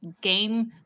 game